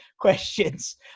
questions